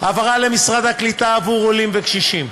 העברה למשרד הקליטה עבור עולים וקשישים,